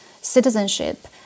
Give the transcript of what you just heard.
citizenship